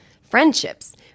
friendships